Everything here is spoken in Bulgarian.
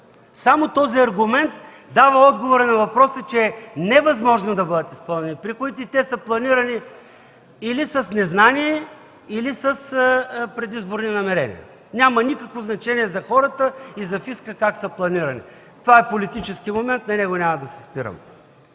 Само този аргумент дава отговор на въпроса, че е невъзможно да бъдат изпълнени приходите. Те са планирани или с незнание, или с предизборни намерения. Няма никакво значение за хората и за фиска как са планирани. Това е политически момент, на него няма да се спирам.